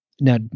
Now